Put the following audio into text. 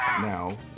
Now